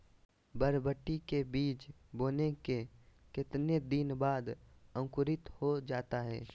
बरबटी के बीज बोने के कितने दिन बाद अंकुरित हो जाता है?